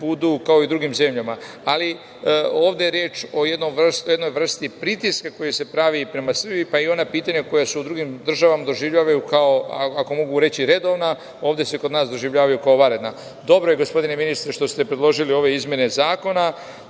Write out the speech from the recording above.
budu kao i u drugim zemljama. Ali, ovde je reč o jednoj vrsti pritiska koji se pravi prema Srbiji, pa i ona pitanja koja se u drugim državama doživljavaju kao ako mogu reći redovna, ovde se kod nas doživljavaju kao vanredna. Dobro je gospodine ministre što ste predložili ove izmene zakona